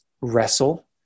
wrestle